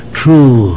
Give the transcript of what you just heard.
true